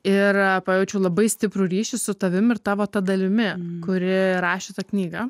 ir pajaučiau labai stiprų ryšį su tavim ir tavo ta dalimi kuri rašė tą knygą